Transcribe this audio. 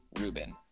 Rubin